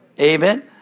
Amen